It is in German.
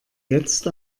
jetzt